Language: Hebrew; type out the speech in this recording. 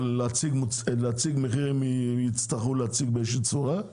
אבל להציג מחיר, הם יצטרכו להציג באיזושהי צורה,